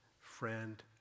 friend